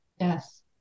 Yes